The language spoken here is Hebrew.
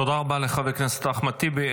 תודה רבה לחבר הכנסת אחמד טיבי.